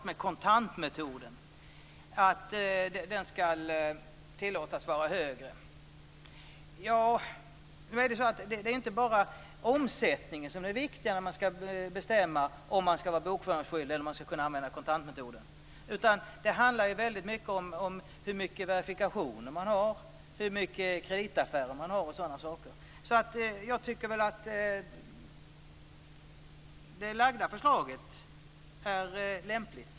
En handlar om kontantmetoden och om att gränsen ska tillåtas vara högre. Nu är det ju inte bara omsättningen som är det viktiga när det bestäms om man ska vara bokföringsskyldig eller om man ska kunna använda kontantmetoden. Det handlar till stor del om hur mycket verifikationer man har, om hur mycket kreditaffärer man har och om sådana saker, så jag tycker väl att det framlagda förslaget är lämpligt.